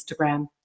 Instagram